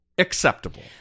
Acceptable